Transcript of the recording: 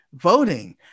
voting